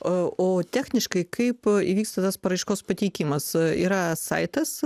a o techniškai kaip a įvyksta tas paraiškos pateikimas yra saitas